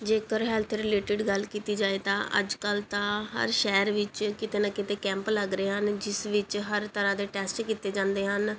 ਜੇਕਰ health related ਗੱਲ ਕੀਤੀ ਜਾਏ ਤਾਂ ਅੱਜ ਕੱਲ੍ਹ ਤਾਂ ਹਰ ਸ਼ਹਿਰ ਵਿੱਚ ਕਿਤੇ ਨਾ ਕਿਤੇ ਕੈਂਪ ਲੱਗ ਰਹੇ ਹਨ ਜਿਸ ਵਿੱਚ ਹਰ ਤਰ੍ਹਾਂ ਦੇ ਟੈਸਟ ਕੀਤੇ ਜਾਂਦੇ ਹਨ